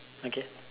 okay